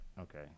okay